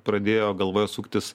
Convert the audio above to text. pradėjo galvoj suktis